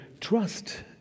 trust